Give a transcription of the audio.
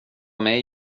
mig